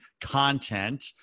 content